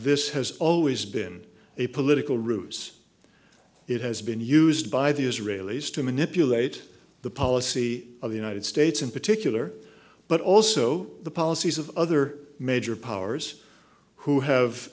this has always been a political roots it has been used by the israelis to manipulate the policy of the united states in particular but also the policies of other major powers who have